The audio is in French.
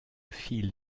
fil